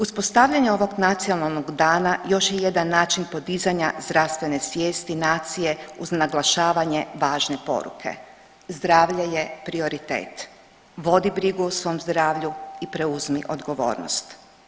Uspostavljanje ovog nacionalnog dana još je jedan način podizanja zdravstvene svijesti nacije uz naglašavanje važne poruke, zdravlje je prioritet, vodi brigu o svom zdravlju i preuzmi odgovornost.